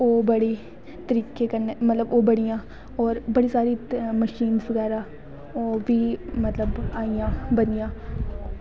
ओह् बड़े तरीके कन्नै मतलव ओह् बड़ियां और बड़ी सारी मशीनस बगैरा ओह् बी आईयां बड़ियां